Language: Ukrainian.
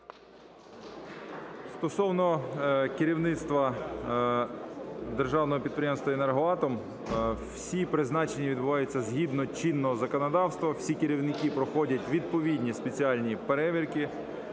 Стосовно керівництва Державного підприємства "Енергоатом". Всі призначення відбуваються згідно чинного законодавства, всі керівники проходять відповідні спеціальні перевірки